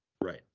Right